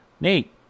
Nate